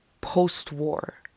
post-war